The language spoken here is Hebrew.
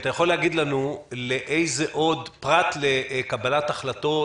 אתה יכול להגיד לנו לאיזה עוד פרט לקבלת החלטות